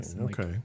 Okay